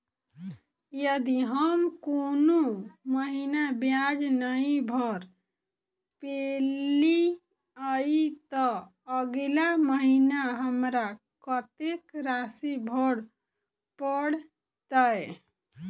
यदि हम कोनो महीना ब्याज नहि भर पेलीअइ, तऽ अगिला महीना हमरा कत्तेक राशि भर पड़तय?